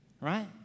Right